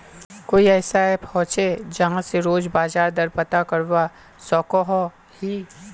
कोई ऐसा ऐप होचे जहा से रोज बाजार दर पता करवा सकोहो ही?